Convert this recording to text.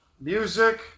music